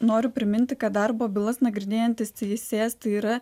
noriu priminti kad darbo bylas nagrinėjantis teisėjas tai yra